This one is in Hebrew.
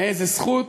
מאיזו זכות?